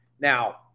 Now